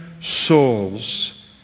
souls